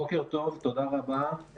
בוקר טוב, תודה רבה.